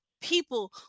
people